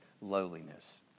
lowliness